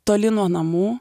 toli nuo namų